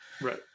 Right